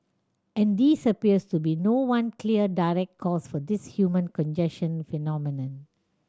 and these appears to be no one clear direct cause for this human congestion phenomenon